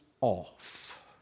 off